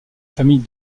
famille